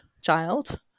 child